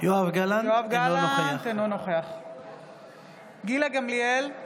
אינו נוכח גילה גמליאל,